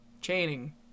Chaining